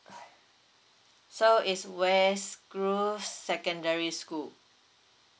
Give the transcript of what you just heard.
so is west grove secondary school